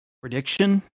Prediction